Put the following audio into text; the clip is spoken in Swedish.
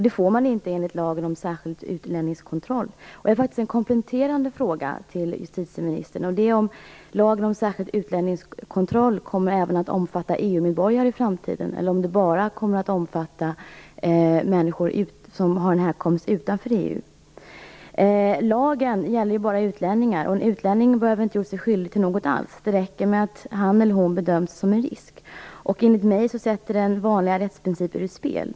Det får man inte enligt lagen om särskild utlänningskontroll. Jag har faktiskt en kompletterande fråga till justitieministern: Kommer lagen om särskild utlänningskontroll även att omfatta EU-medborgare i framtiden eller kommer den bara att omfatta människor som har sin härkomst utanför EU? Lagen gäller bara utlänningar, och en utlänning behöver inte ha gjort sig skyldig till något alls. Det räcker att han eller hon bedöms som en risk. Enligt mig sätter lagen vanliga rättsprinciper ur spel.